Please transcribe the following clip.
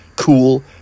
Cool